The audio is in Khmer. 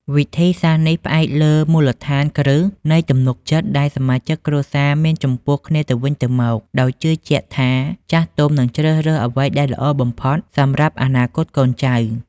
វិធីសាស្រ្តនេះផ្អែកលើមូលដ្ឋានគ្រឹះនៃទំនុកចិត្តដែលសមាជិកគ្រួសារមានចំពោះគ្នាទៅវិញទៅមក ដោយជឿជាក់ថាចាស់ទុំនឹងជ្រើសរើសអ្វីដែលល្អបំផុតសម្រាប់អនាគតកូនចៅ។